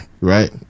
Right